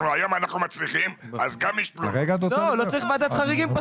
צריך ועדת חריגים.